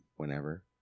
whenever